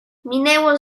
minęło